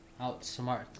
outsmart